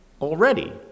already